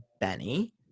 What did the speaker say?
Benny